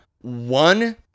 one